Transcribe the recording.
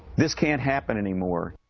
this can't happen anymore.